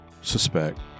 suspect